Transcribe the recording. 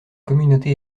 communauté